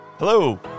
Hello